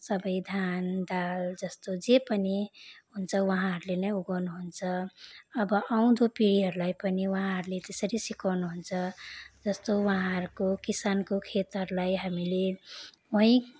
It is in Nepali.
सबै धान दाल जस्तो जे पनि हुन्छ उहाँहरूले नै उगाउनुहुन्छ अब आउँदो पिँढीहरूलाई पनि उहाँहरूले त्यसरी सिकाउनुहुन्छ जस्तो उहाँहरूको किसानको खेतहरूलाई हामीले उहीँ